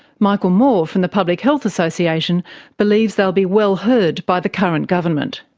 michael moore from the public health association believes they'll be well heard by the current government.